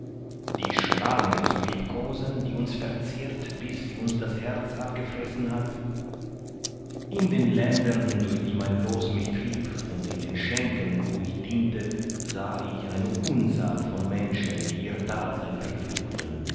die schlange zu liebkosen die uns verzehrt bis sie uns das herz abgefressen hat in den ländern durch die mein loos mich trieb und in den schenken wo ich diente sah ich eine unzahl von menschen die ihr dasein verfluchten